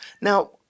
Now